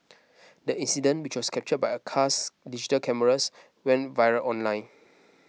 the incident which was captured by a car's dashed cameras went viral online